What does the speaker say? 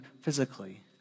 physically